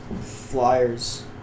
flyers